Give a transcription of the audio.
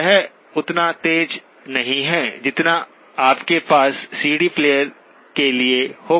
यह उतना तेज नहीं है जितना आपके पास सीडी प्लेयर के लिए होगा